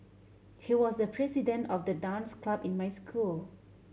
he was the president of the dance club in my school